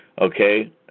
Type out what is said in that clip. okay